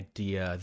Idea